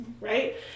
right